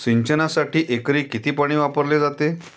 सिंचनासाठी एकरी किती पाणी वापरले जाते?